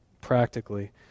practically